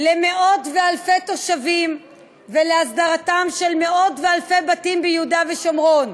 למאות ואלפי תושבים ולהסדרתם של מאות ואלפי בתים ביהודה ושומרון.